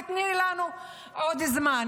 תיתני לנו עוד זמן.